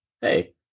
Hey